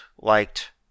liked